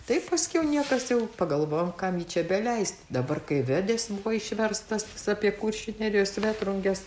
tai paskiau niekas jau pagalvojom kam čia jį beleisti dabar kai vedės buvo išverstas apie kuršių nerijos vėtrunges